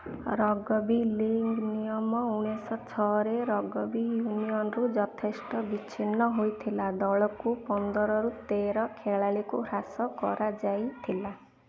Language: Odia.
ରଗ୍ବୀ ଲିଗ୍ ନିୟମ ଉଣେଇଶି ଛଅରେ ରଗ୍ବୀ ୟୁନିଅନ୍ରୁ ଯଥେଷ୍ଟ ବିଚ୍ଛିନ୍ନ ହୋଇଥିଲା ଦଳକୁ ପନ୍ଦରରୁ ତେର ଖେଳାଳିକୁ ହ୍ରାସ କରାଯାଇଥିଲା